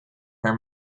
her